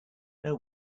know